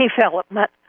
development